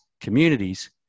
communities